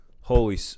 holy